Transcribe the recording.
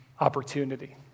opportunity